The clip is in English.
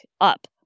up